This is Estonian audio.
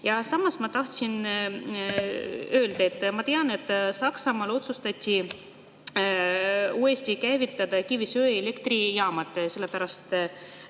Ja samas ma tahtsin öelda, et ma tean, et Saksamaal otsustati uuesti käivitada kivisöeelektrijaamad. Pärast